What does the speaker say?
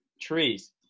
trees